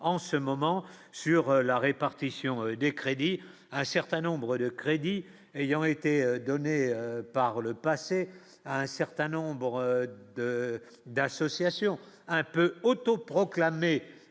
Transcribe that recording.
en ce moment sur la répartition des crédits à certain nombre de crédits ayant été donnée par le passé à un certain nombre de d'associations un peu auto-proclamé